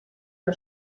que